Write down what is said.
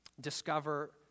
discover